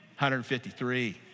153